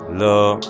love